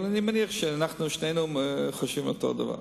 אבל אני מניח שאנחנו שנינו חושבים אותו הדבר.